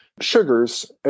sugars